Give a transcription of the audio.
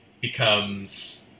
becomes